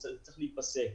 זה צריך להיפסק.